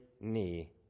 knee